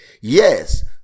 Yes